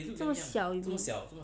这么小 you mean